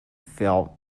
fell